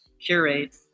curate